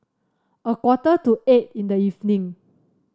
a quarter to eight in the evening